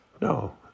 no